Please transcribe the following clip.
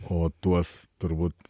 o tuos turbūt